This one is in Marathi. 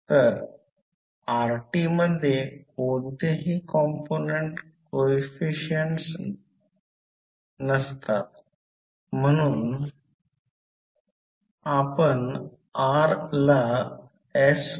तर यामधून वाहणारा करंट प्रत्यक्षात पॉईंटरकडे पहा तो i1 i2 आहे